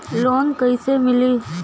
Loan कईसे मिली?